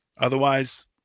Otherwise